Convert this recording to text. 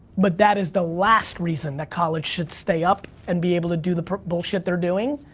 but that is the last reason that college should stay up and be able to do the bullshit they're doing,